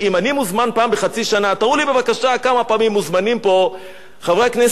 תראו לי בבקשה כמה פעמים מוזמנים פה חברי כנסת מהמעוז של האויב.